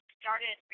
started